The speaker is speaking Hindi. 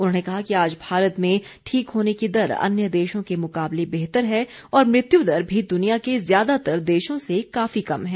उन्होंने कहा कि आज भारत में ठीक होने की दर अन्य देशों के मुकाबले बेहतर है और मृत्यु दर भी दुनिया के ज्यादातर देशों से काफी कम है